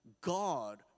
God